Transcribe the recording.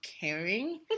caring